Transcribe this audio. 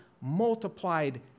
multiplied